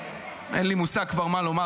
אין לי מושג כבר מה לומר.